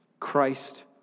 Christ